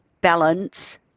balance